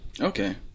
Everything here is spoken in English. Okay